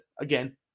Again